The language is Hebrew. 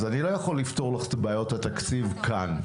את אני לא יכול לפתור לך את בעיות התקציב כאן,